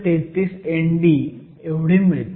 33 Nd एवढी मिळते